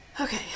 Okay